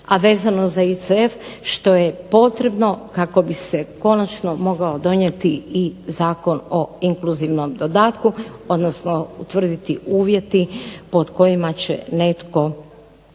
a vezano za ICF što je potrebno kako bi se konačno mogao donijeti i Zakon o inkluzivnom dodatku odnosno utvrditi uvjeti pod kojima će netko